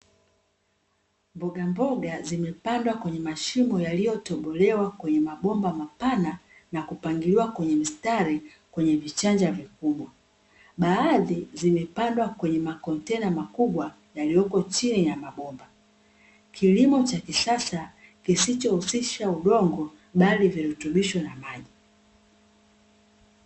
Mbogamboga zimepandwa kwenye mashimo yaliyotobolewa kwenye mabomba mapana na kupangiliwa kwenye mstari kwenye vichanja vikubwa, baadhi zimepandwa kwenye makontena makubwa yaliyoko chini ya ma bomba, kilimo cha kisasa kisichohusisha udongo, bali virutubisho na maji .